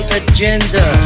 agenda